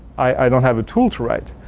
i don't have a tool to write.